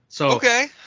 Okay